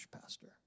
Pastor